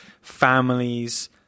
families